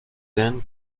then